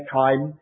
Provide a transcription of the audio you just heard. time